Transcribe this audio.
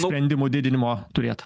sprendimų didinimo turėt